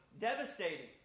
devastating